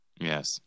Yes